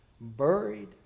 buried